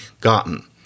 gotten